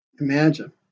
imagine